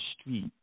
street